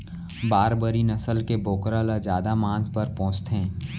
बारबरी नसल के बोकरा ल जादा मांस बर पोसथें